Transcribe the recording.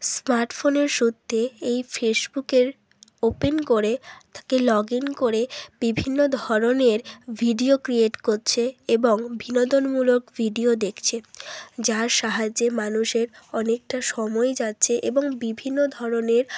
স্মার্টফোনের সূত্রে এই ফেসবুকের ওপেন করে তাকে লগ ইন করে বিভিন্ন ধরনের ভিডিও ক্রিয়েট করছে এবং বিনোদনমূলক ভিডিও দেখছে যার সাহায্যে মানুষের অনেকটা সময় যাচ্ছে এবং বিভিন্ন ধরনের